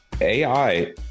AI